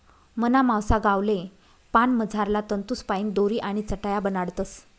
मना मावसा गावले पान मझारला तंतूसपाईन दोरी आणि चटाया बनाडतस